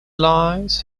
lies